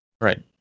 Right